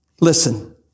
Listen